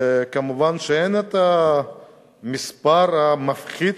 וכמובן שאין את המספר המפחיד,